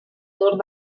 torn